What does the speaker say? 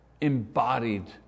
embodied